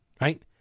right